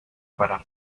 para